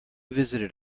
visited